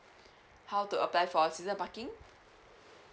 how to apply for a season parking